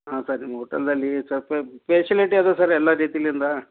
ಹಾಂ ಸರ್ ನಿಮ್ಮ ಹೋಟೆಲ್ದಲ್ಲಿ ಸ್ವಲ್ಪ ಪೆಷಿಲಿಟಿ ಇದಾವ್ ಸರ್ ಎಲ್ಲ ರೀತಿಯಿಂದ